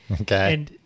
Okay